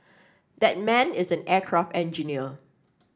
that man is an aircraft engineer